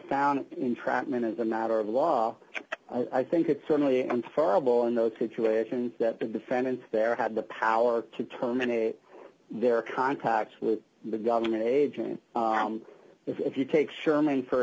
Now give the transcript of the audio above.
found it entrapment as a matter of law i think it certainly inferrable d in those situations that the defendants there had the power to terminate their contacts with the government agent if you take sherman for